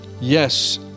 Yes